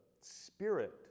Spirit